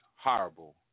horrible